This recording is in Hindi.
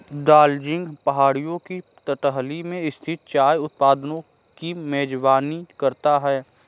दार्जिलिंग पहाड़ियों की तलहटी में स्थित चाय उत्पादकों की मेजबानी करता है